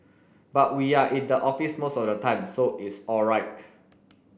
but we are in the office most of the time so it's all right